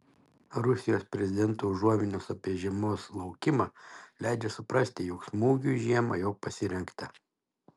rusijos prezidento užuominos apie žiemos laukimą leidžia suprasti jog smūgiui žiemą jau pasirengta